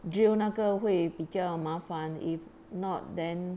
jill 那个会比较麻烦 if not then